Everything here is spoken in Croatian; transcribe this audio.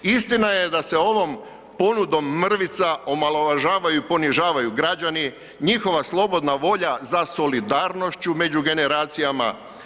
Istina je da se ovom ponudom mrvica omalovažavaju i ponižavaju građani, njihova slobodna volja za solidarnošću među generacijama.